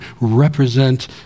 represent